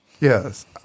Yes